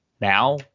Now